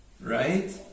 right